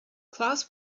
class